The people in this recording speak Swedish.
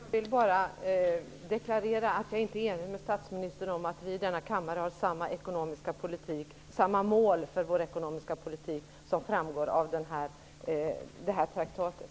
Fru talman! Jag vill bara deklarera att jag inte är enig med statsministern om att vi i denna kammare har samma mål för den ekonomiska politiken som det som framgår av det här traktatet.